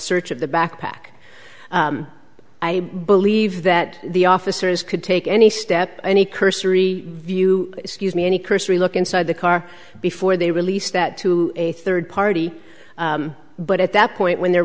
search of the backpack i believe that the officers could take any step any cursory view scuse me any cursory look inside the car before they released that to a third party but at that point when they're